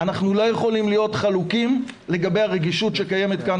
אנחנו לא יכולים להיות חלוקים לגבי הרגישות שקיימת כאן